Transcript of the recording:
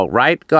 right